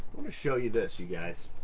show you this, you guys.